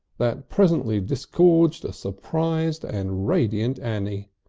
that presently disgorged a surprised and radiant annie.